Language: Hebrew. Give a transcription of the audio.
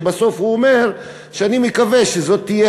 כשבסוף הוא אומר: אני מקווה שזאת תהיה